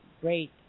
great